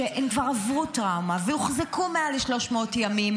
הם כבר עברו טראומה והוחזקו מעל 300 ימים,